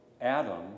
Adam